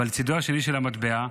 אבל צידו השני של המטבע,